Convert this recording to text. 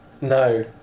No